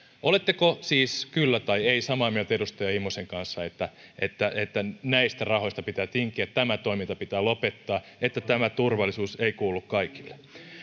oletteko siis kyllä tai ei samaa mieltä edustaja immosen kanssa että että näistä rahoista pitää tinkiä ja tämä toiminta pitää lopettaa ja että tämä turvallisuus ei kuulu kaikille